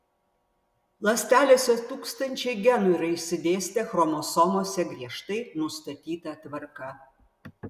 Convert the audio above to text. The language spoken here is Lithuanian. ląstelėse tūkstančiai genų yra išsidėstę chromosomose griežtai nustatyta tvarka